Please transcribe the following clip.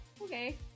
Okay